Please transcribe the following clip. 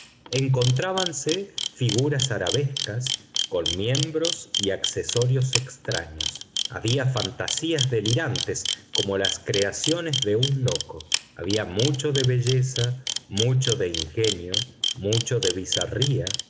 ernani encontrábanse figuras arabescas con miembros y accesorios extraños había fantasías delirantes como las creaciones de un loco había mucho de belleza mucho de ingenio mucho de